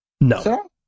no